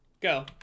Go